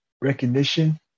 recognition